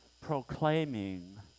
proclaiming